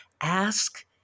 ask